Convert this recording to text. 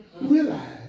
realize